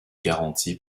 garantie